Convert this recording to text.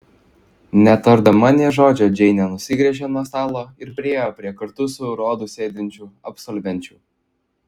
netardama nė žodžio džeinė nusigręžė nuo stalo ir priėjo prie kartu su rodu sėdinčių absolvenčių